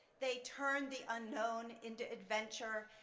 they turn the unknown into adventure.